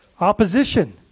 opposition